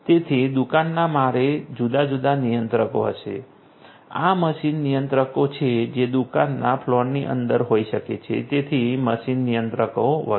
તેથી દુકાનના માળે જુદા જુદા નિયંત્રકો હશે આ મશીન નિયંત્રકો છે જે દુકાનના ફ્લોરની અંદર હોઈ શકે છે જેથી મશીન નિયંત્રકો વગેરે